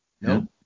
no